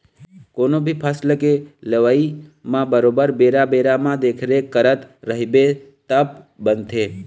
कोनो भी फसल के लेवई म बरोबर बेरा बेरा म देखरेख करत रहिबे तब बनथे